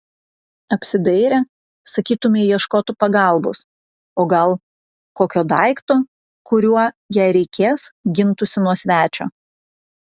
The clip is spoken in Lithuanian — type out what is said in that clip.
apsidairė sakytumei ieškotų pagalbos o gal kokio daikto kuriuo jei reikės gintųsi nuo svečio